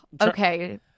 Okay